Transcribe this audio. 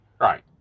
Right